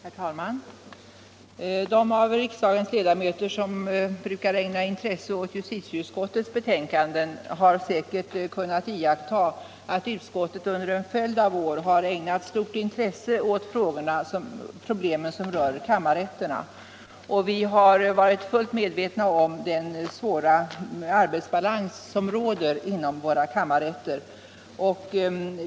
Herr talman! De av riksdagens ledamöter som brukar ägna intresse åt justitieutskottets betänkanden har säkert kunnat iaktta att utskottet under en följd av år har ägnat stort intresse åt problem som rör kammarrätterna. Vi har varit fullt medvetna om den svåra arbetsbalans som råder inom våra kammarrätter.